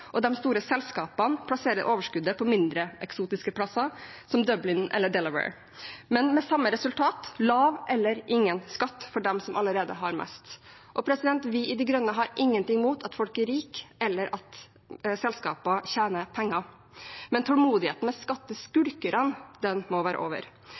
Delaware – men med samme resultat: lav eller ingen skatt for dem som allerede har mest. Vi i De Grønne har ingenting imot at folk er rike eller at selskaper tjener penger, men tålmodigheten med skatteskulkerne må være over.